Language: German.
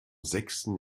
sechsten